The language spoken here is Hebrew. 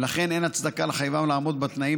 ולכן אין הצדקה לחייבם לעמוד בתנאים